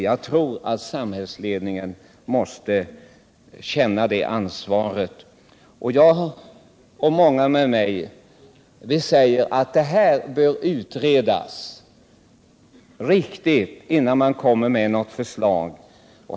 Jag tror att samhällsledningen måste känna det ansvaret. Jag och många med mig anser att frågan bör utredas ordentligt, innan det framläggs ett förslag.